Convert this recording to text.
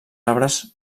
arbres